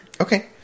Okay